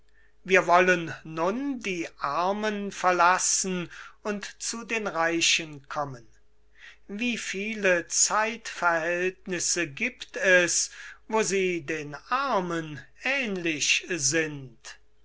wir wollen nun die armen verlassen und zu den reichen kommen wie viele zeitverhältnisse gibt es wo sie den armen ähnlich sind